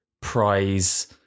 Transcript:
prize